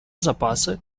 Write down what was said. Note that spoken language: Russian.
запасы